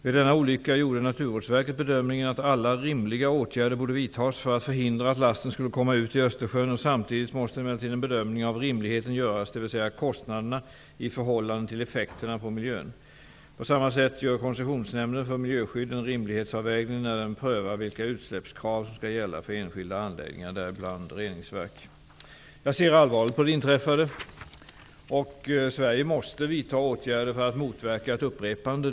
Vid denna olycka gjorde Naturvårdsverket bedömningen att alla rimliga åtgärder borde vidtas för att förhindra att lasten skulle komma ut i Östersjön. Samtidigt måste emellertid en bedömning av rimligheten göras, dvs. kostnaderna i förhållande till effekterna på miljön. På samma sätt gör Koncessionsnämnden för miljöskydd en rimlighetsavvägning när den prövar vilka utsläppskrav som skall gälla för enskilda anläggningar, däribland reningsverk. Jag ser allvarligt på det inträffade, och Sverige måste vidta åtgärder för att motverka ett upprepande.